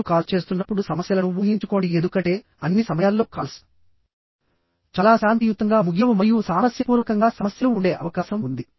మీరు కాల్ చేస్తున్నప్పుడు సమస్యలను ఊహించుకోండి ఎందుకంటే అన్ని సమయాల్లో కాల్స్ చాలా శాంతియుతంగా ముగియవు మరియు సామరస్యపూర్వకంగా సమస్యలు ఉండే అవకాశం ఉంది